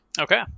Okay